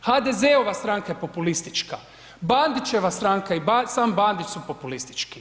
HDZ-ova stranka je populistička, Bandićeva stranka i sam Bandić su populistički.